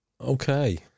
Okay